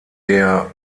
der